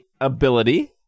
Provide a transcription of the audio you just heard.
ability